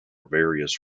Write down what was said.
various